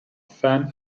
fan